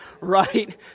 right